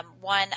one